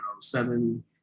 seven